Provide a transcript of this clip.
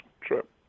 trip